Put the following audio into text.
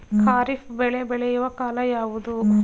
ಖಾರಿಫ್ ಬೆಳೆ ಬೆಳೆಯುವ ಕಾಲ ಯಾವುದು?